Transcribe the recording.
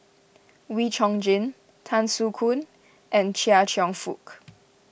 Wee Chong Jin Tan Soo Khoon and Chia Cheong Fook